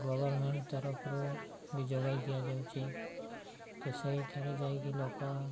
government ତରଫରୁ ବି ଯୋଗାଇ ଦିଆଯାଉଛି ତ ସେଇ ଠାରେ ଯାଇକି ଲୋକ